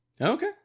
okay